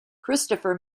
christopher